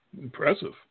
impressive